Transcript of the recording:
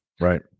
right